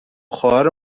خواهر